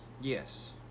yes